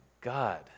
God